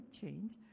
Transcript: change